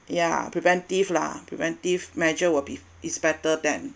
ya preventive lah preventive measure will be is better than